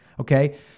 okay